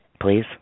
Please